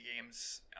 games